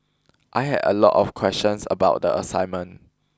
I had a lot of questions about the assignment